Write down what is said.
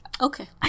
okay